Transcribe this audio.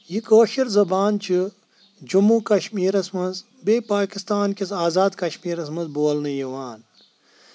یہِ کٲشِر زَبان چھِ جموں کَشمیٖرَس منٛز بیٚیہِ پاکِستان کِس آزاد کَشمیٖرس منٛز بولنہٕ یِوان